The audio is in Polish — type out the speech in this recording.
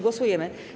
Głosujemy.